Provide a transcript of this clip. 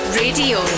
radio